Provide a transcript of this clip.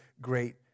great